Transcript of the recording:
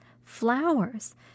flowers